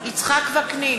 יצחק וקנין,